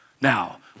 Now